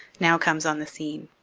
now comes on the scene.